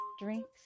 drinks